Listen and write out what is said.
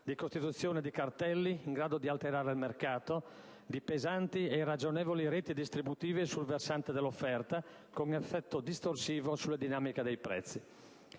di costituzione di cartelli in grado di alterare il mercato, di pesanti e irragionevoli reti distributive sul versante dell'offerta, con effetto distorsivo sulle dinamiche dei prezzi.